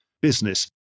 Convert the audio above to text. business